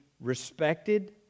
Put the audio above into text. respected